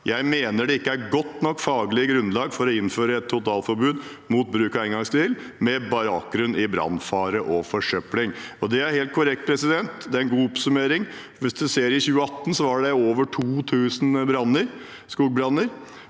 Jeg mener det ikke godt nok faglig grunnlag for å innføre et totalforbud mot bruk av engangsgrill med bakgrunn i brannfare og forsøpling.» Det er helt korrekt, og det er en god oppsummering. Hvis man ser på 2018, var det over 2 000 branner,